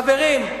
חברים,